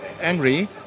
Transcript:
angry